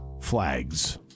flags